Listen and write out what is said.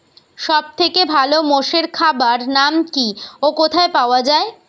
সব থেকে ভালো মোষের খাবার নাম কি ও কোথায় পাওয়া যায়?